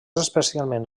especialment